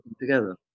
together